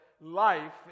life